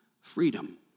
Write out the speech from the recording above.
freedom